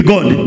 God